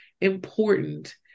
important